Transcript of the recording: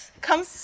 come